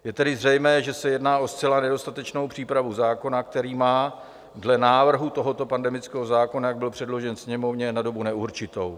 Je tedy zřejmé, že se jedná o zcela nedostatečnou přípravu zákona, který má dle návrhu tohoto pandemického zákona, jak byl předložen Sněmovně, na dobu neurčitou.